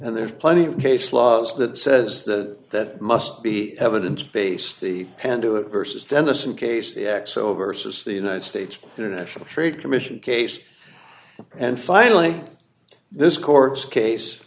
and there's plenty of case law that says that that must be evidence based the and do it versus denizen case the xover says the united states international trade commission case and finally this court case